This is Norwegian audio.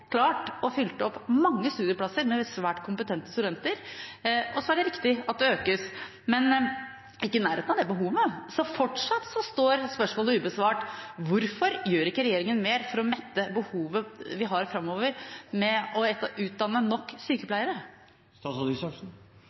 å fylle opp mange studieplasser med svært kompetente studenter. Det er riktig at det økes, men det er ikke i nærheten av behovet. Så fortsatt står spørsmålet ubesvart: Hvorfor gjør ikke regjeringen mer for å mette behovet vi har framover, ved å utdanne nok sykepleiere?